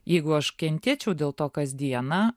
jeigu aš kentėčiau dėl to kasdieną